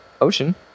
ocean